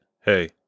hey